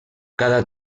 cada